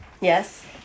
yes